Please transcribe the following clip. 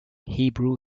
hebrew